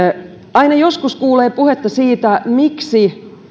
aina joskus kuulee puhetta siitä miksi